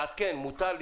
לעדכן מותר.